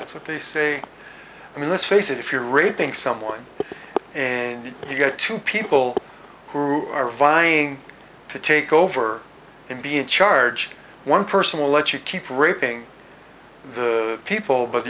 that's what they say i mean let's face it if you're raping someone and you've got two people who are vying to take over and be in charge one person will let you keep raping people but